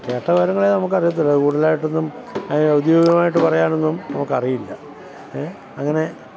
കേട്ട കാര്യങ്ങളെ നമുക്കറിയത്തുള്ളു അത് കൂടുതലായിട്ടൊന്നും ഔദ്യോഗികമായിട്ട് പറയാനൊന്നും നമുക്കറിയില്ല അങ്ങനെ